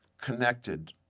connected